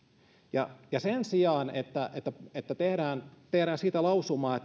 ja ja sen sijaan että tehdään lausumaa